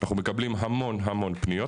אנחנו מקבלים המון המון פניות.